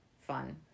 fun